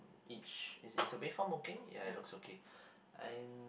each is is your wave form okay ya it looks okay I